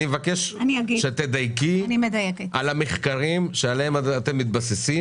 אני מבקש שתדייקי כשאת מדברת על המחקרים שעליהם אתם מתבססים.